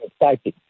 exciting